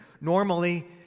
normally